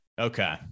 Okay